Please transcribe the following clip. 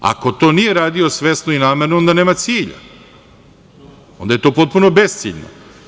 Ako to nije radio svesno i namerno, onda nema cilj, onda je to potpuno besciljno.